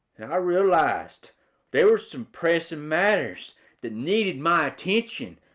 and i realized there were some pressing matters that needed my attention.